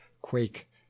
quake